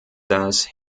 dass